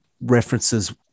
references